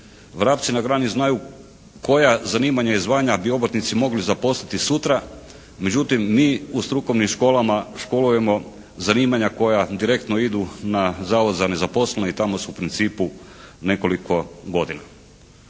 Vrapci na grani znaju koja zanimanja i zvanja bi obrtnici mogli zaposliti sutra, međutim mi u strukovnim školama školujemo zanimanja koja direktno idu na Zavod za nezaposlene i tamo su u principu nekoliko godina.